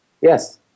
Yes